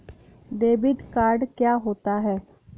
Debit card क्या होता है?